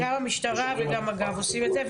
גם המשטרה וגם מג"ב עושים את זה,